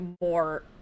more